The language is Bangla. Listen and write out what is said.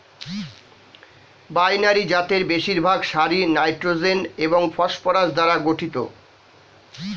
বাইনারি জাতের বেশিরভাগ সারই নাইট্রোজেন এবং ফসফরাস দ্বারা গঠিত